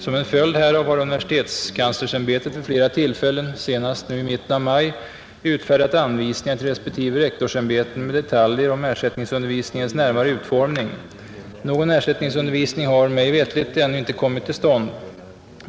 Som en följd härav har universitetskanslersämbetet vid flera tillfällen, senast i mitten av maj, utfärdat anvisningar till respektive rektorsämbeten med detaljer om ersättningsundervisningens närmare utformning. Någon ersättningsundervisning har, mig veterligt, ännu ej kommit till stånd.